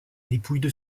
dépouille